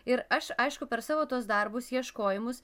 ir aš aišku per savo tuos darbus ieškojimus